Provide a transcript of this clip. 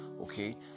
okay